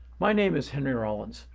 my name is henry rollins,